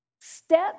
Step